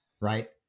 right